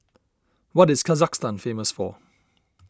what is Kazakhstan famous for